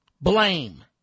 blame